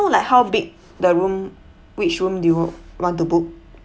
like how big the room which room do you want to book